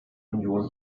union